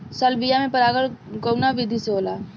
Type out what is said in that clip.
Salvia में परागण कउना विधि से होला?